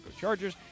Chargers